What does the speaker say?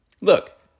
look